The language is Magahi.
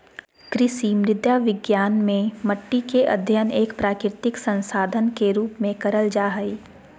कृषि मृदा विज्ञान मे मट्टी के अध्ययन एक प्राकृतिक संसाधन के रुप में करल जा हई